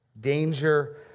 danger